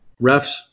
refs